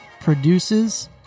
produces